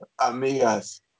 Amigas